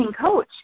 coach